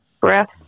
breath